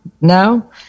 No